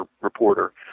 reporter